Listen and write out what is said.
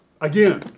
again